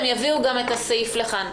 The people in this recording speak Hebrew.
הם יביאו גם את הסעיף לכאן.